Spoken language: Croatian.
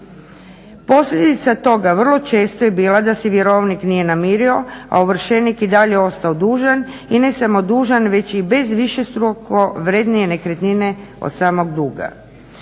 Posljedica toga vrlo često je bila da se vjerovnik nije namirio, a ovršenik i dalje ostao dužan i ne samo dužan već i bez višestruko vrednije nekretnine od samog duga.